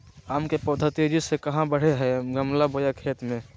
आम के पौधा तेजी से कहा बढ़य हैय गमला बोया खेत मे?